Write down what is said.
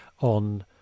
on